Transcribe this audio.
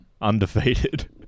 Undefeated